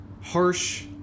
Harsh